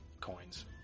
coins